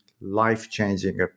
life-changing